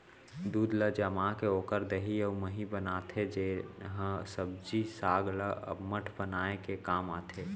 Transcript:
दूद ल जमाके ओकर दही अउ मही बनाथे जेन ह सब्जी साग ल अम्मठ बनाए के काम आथे